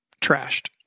trashed